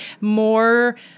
more